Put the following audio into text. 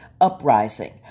uprising